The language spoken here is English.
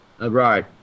Right